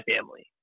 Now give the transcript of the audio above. family